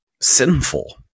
sinful